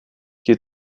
qui